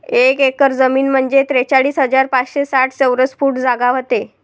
एक एकर जमीन म्हंजे त्रेचाळीस हजार पाचशे साठ चौरस फूट जागा व्हते